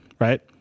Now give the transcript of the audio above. right